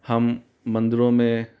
हम मंदिरों में